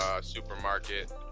supermarket